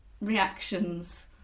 reactions